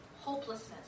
Hopelessness